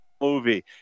movie